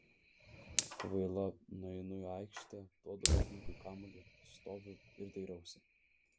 kvaila nueinu į aikštę duodu berniukui kamuolį stoviu ir dairausi